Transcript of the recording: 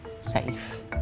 safe